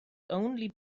only